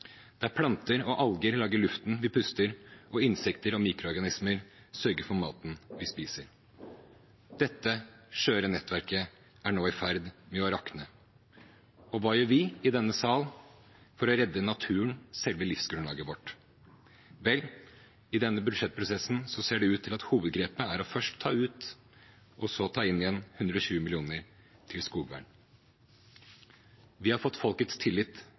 planter og alger lager luften vi puster, og insekter og mikroorganismer sørger for maten vi spiser. Dette skjøre nettverket er nå i ferd med å rakne. Hva gjør vi i denne sal for å redde naturen, selve livsgrunnlaget vårt? Vel, i denne budsjettprosessen ser det ut til at hovedgrepet er først å ta ut, og så ta inn igjen 120 mill. kr til skogvern. Vi har fått folkets tillit